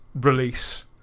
release